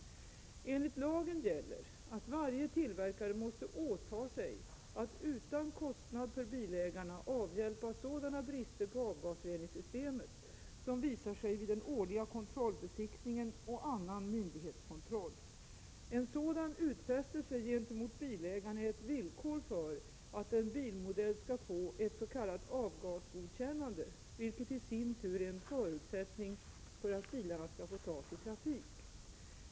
Enligt lagen gäller att varje tillverkare måste åta sig att utan kostnad för bilägarna avhjälpa sådana brister på avgasreningssystemet som visar sig vid den årliga kontrollbesiktningen och annan myndighetskontroll. En sådan utfästelse gentemot bilägarna är ett villkor för att en bilmodell skall få ett s.k. avgasgodkännande, vilket i sin tur är en förutsättning för att bilarna skall få tas i trafik.